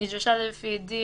(א)נדרשה לפי דין